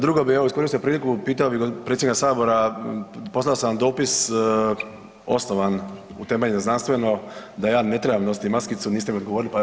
Drugo bih iskoristio priliku, pitao bih predsjednika Sabora, poslao sam dopis osnovan, utemeljen znanstveno da ja ne trebam nositi maskicu, niste mi odgovorili pa